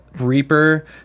Reaper